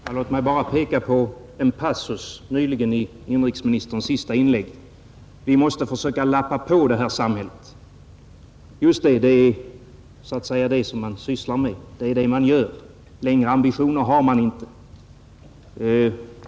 Herr talman! Låt mig bara peka på en passus i inrikesministerns senaste inlägg: Vi måste försöka lappa på det här samhället. Just det. Det är det som man sysslar med, större ambitioner har man inte.